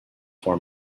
for